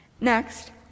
Next